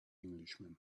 englishman